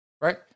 Right